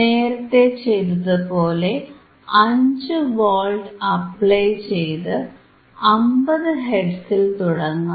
നേരത്തേ ചെയ്തതുപോലെ 5 volt apply ചെയ്ത് 50 ഹെർട്സിൽ തുടങ്ങാം